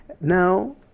Now